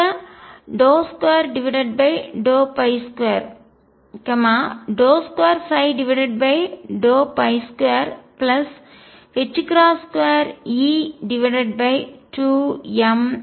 இந்த 22222E2mr2 என்பது 0 க்கு சமம்